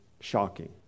shocking